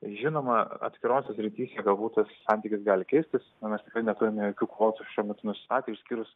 žinoma atskirose srityse galbūt tas santykis gali keistis na mes tikrai ne neturime jokių kvotų šiuo metu nusistatę išskyrus